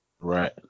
Right